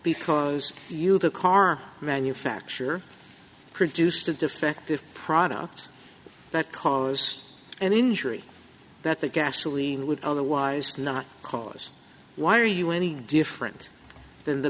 because you the car manufacture produced a defective product that cause an injury that the gasoline would otherwise not cause why are you any different than the